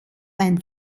ein